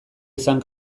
izan